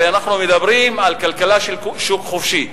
הרי אנחנו מדברים על כלכלה של שוק חופשי.